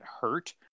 hurt